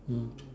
mm